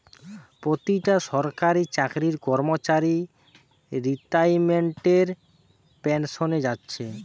পোতিটা সরকারি চাকরির কর্মচারী রিতাইমেন্টের পেনশেন পাচ্ছে